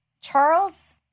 Charles